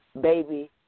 baby